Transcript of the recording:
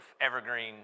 evergreen